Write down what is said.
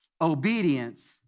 obedience